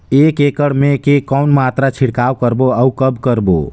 एक एकड़ मे के कौन मात्रा छिड़काव करबो अउ कब करबो?